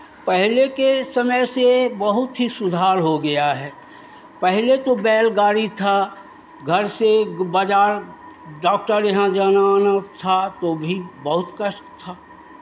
पहले के समय से बहुत ही सुधार हो गया है पहले तो बैलगाड़ी था घर से बाज़ार डॉक्टर यहाँ जाना आना था तो भी बहुत कष्ट था